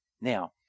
Now